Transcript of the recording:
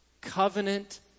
covenant